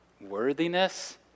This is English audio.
worthiness